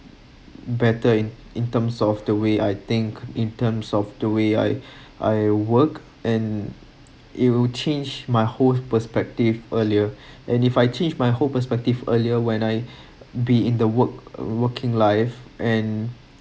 better in in terms of the way I think in terms of the way I I work and it will change my whole perspective earlier and if I change my whole perspective earlier when I be in the work working life and